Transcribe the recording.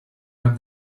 have